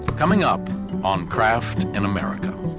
coming up on craft in america,